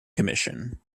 commission